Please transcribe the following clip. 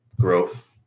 growth